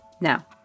Now